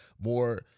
more